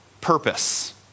purpose